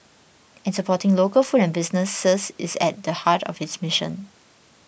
and supporting local food and businesses is at the heart of its mission